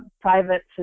private